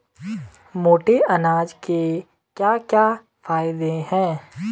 मोटे अनाज के क्या क्या फायदे हैं?